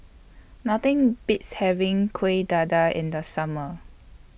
Nothing Beats having Kuih Dadar in The Summer